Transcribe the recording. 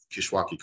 Kishwaukee